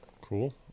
Cool